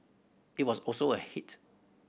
it was also a hit